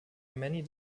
many